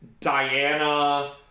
Diana